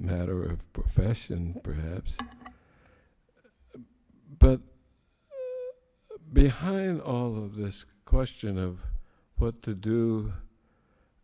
matter of profession perhaps but behind all of this question of what to do